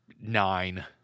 Nine